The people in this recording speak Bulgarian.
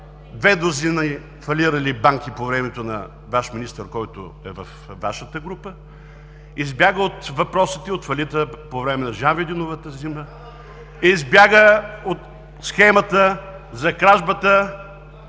две дузини фалирали банки по времето на Ваш министър, който е във Вашата група; избяга от въпросите и от фалита по време на Жанвиденовата зима; избяга от схемата за кражбата